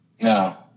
No